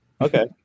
okay